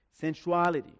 Sensuality